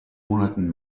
monaten